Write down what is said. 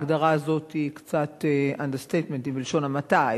ההגדרה הזאת היא קצתunderstatement ; היא בלשון המעטה,